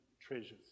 treasures